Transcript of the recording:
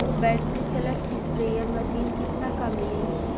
Battery चलत sprayer machine कितना क मिली?